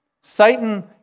Satan